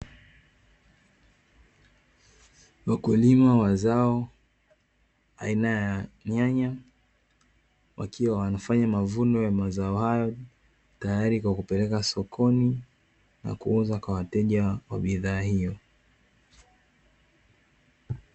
Wakulima wa zao aina ya nyanya wakiwa wanafanya mavuno ya mazao hayo, tayari kwa kupeleka sokoni na kuuza kwa wateja wa bidhaa hiyo.